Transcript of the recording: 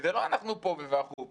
וזה לא אנחנו פה בוועדת החוץ והביטחון.